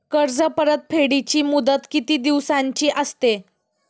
कर्ज परतफेडीची मुदत किती दिवसांची असते?